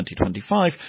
2025